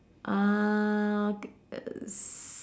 uh uh